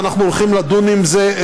ואנחנו הולכים לדון בזה,